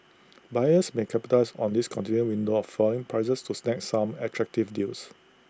buyers may capitalise on this continued window of falling prices to snag some attractive deals